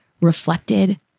reflected